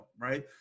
right